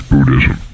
Buddhism